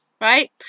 right